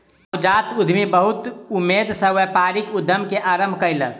नवजात उद्यमी बहुत उमेद सॅ व्यापारिक उद्यम के आरम्भ कयलक